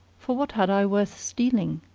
for what had i worth stealing?